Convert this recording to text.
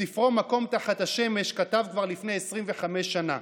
בספרו "מקום תחת השמש" כתב כבר לפני 25 שנה: